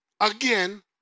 again